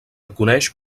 coneix